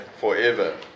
Forever